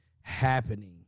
happening